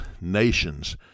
nations